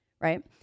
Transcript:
right